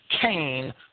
Cain